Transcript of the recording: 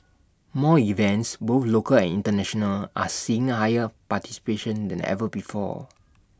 more events both local and International are seeing higher participation than ever before